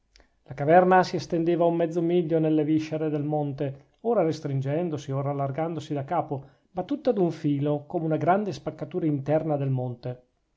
la caverna si estendeva un mezzo miglio nelle viscere del monte ora restringendosi ora allargandosi da capo ma tutta d'un filo come una grande spaccatura interna del monte